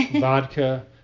vodka